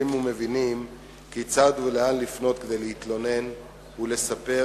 ומבינים כיצד ולאן לפנות כדי להתלונן ולספר,